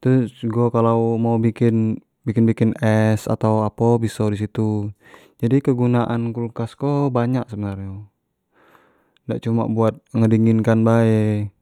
trrus jugo kalau mau bikin bikin bikin es jugo biso di situ, jadi kegunaan kulkas ko banyak sebenar nyo, dak cuma buat ngedingin kan bae.